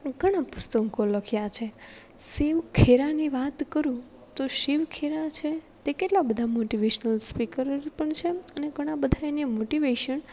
ઘણાં પુસ્તકો લખ્યાં છે શિવ ખેરાની વાત કરું તો શિવ ખેરા છે તે કેટલા બધા મોટિવેશનલ સ્પીકરર પણ છે અને ઘણા બધા એને મોટિવેશન